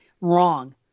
wrong